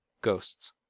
Ghosts